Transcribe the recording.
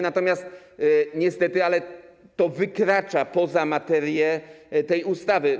Natomiast niestety, ale to wykracza poza materię tej ustawy.